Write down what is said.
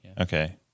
Okay